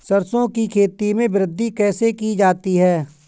सरसो की खेती में वृद्धि कैसे की जाती है?